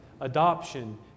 adoption